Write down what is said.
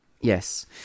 Yes